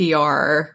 PR-